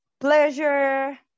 pleasure